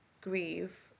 grieve